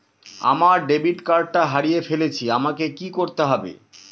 আমার ডেবিট কার্ডটা হারিয়ে ফেলেছি আমাকে কি করতে হবে?